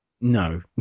No